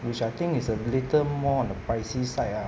which I think is a little more on the pricey side ah